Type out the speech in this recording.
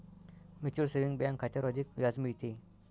mutual saving bank खात्यावर अधिक व्याज मिळते